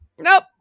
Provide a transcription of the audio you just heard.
Nope